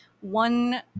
one